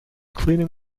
cleaning